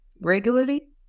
regularly